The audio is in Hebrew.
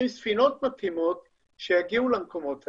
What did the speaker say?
ספינות מתאימות שיגיעו למקומות האלה.